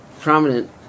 prominent